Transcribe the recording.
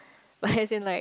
but as in like